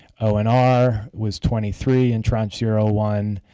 o and r was twenty three in tranche zero one,